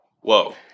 whoa